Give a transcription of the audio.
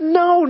no